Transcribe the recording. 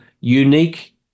unique